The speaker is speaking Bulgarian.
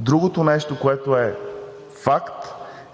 Другото нещо, което е факт,